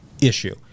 issue